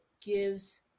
gives